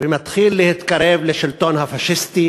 ומתחיל להתקרב לשלטון הפאשיסטי,